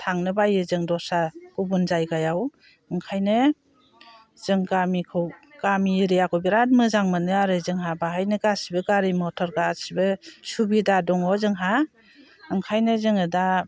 थांनो बायो जों दस्रा गुबुन जायगायाव ओंखायनो जों गामिखौ गामि एरियाखौ बिराद मोजां मोनो आरो जोंहा बेवहायनो गासैबो गारि मथर गासैबो सुबिदा दङ जोंहा ओंखायनो जोङो दा